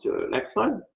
next slide.